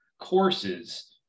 courses